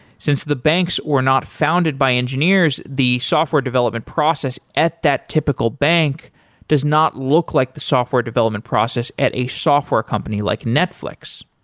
since the banks were not founded by engineers, the software development process at that typical bank does not look like the software development process at a software company like netflix.